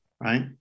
right